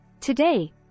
Today